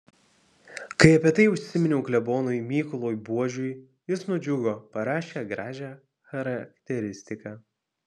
kai apie tai užsiminiau klebonui mykolui buožiui jis nudžiugo parašė gražią charakteristiką